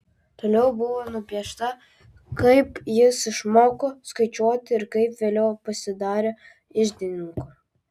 toliau buvo nupiešta kaip jis išmoko skaičiuoti ir kaip vėliau pasidarė iždininku